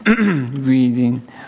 reading